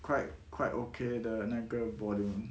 quite quite okay 的那个 volume